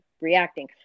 reacting